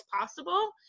possible